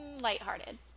lighthearted